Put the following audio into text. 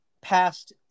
passed